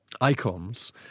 icons